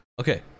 Okay